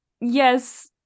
Yes